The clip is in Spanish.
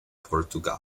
portugal